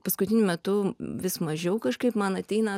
paskutiniu metu vis mažiau kažkaip man ateina